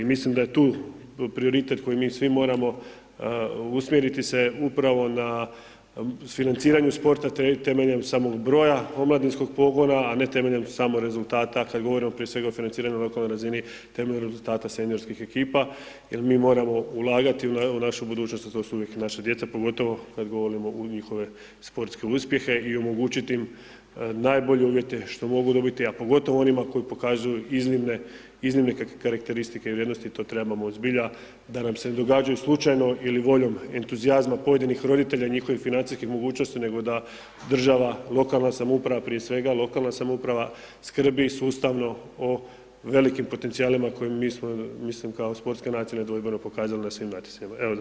Mislim da je tu prioritet koji mi svi moramo usmjeriti se upravo na financiranje sporta temeljem samog broja omladinskog pogona, a ne temeljem samo rezultata, kad govorimo prije svega o financiranju na lokalnoj razini temeljem rezultata seniorskih ekipa jer mi moramo ulagati u našu budućnost, a to su uvijek naša djeca, pogotovo kad govorimo u njihove sportske uspjehe i omogućiti im najbolje uvjete što mogu dobiti, a pogotovo onima koji pokazuju iznimne karakteristike i vrijednosti, to trebamo zbilja, da nam se ne događaju slučajno ili voljom entuzijazma pojedinih roditelja i njihovih financijskih mogućnosti nego da država, lokalna samouprava prije svega, lokalna samouprava, skrbi sustavno o velikim potencijalima kojima mi smo mislim kao sportska nacija nedvojbeno pokazala na svim natjecanjima.